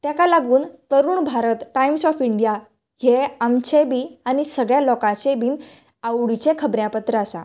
तेका लागून Tarun Bharat Times of India हे आमचे बी आनी सगळ्या लोकांचे बीन आवडीचे खबरांपत्र आसा